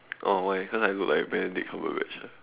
oh why cause I look like Benedict Cumberbatch ah